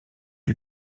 lui